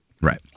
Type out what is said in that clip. right